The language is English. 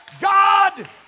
God